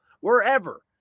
wherever